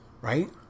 Right